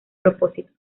propósitos